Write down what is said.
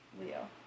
Leo